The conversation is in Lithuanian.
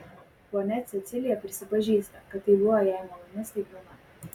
ponia cecilija prisipažįsta kad tai buvo jai maloni staigmena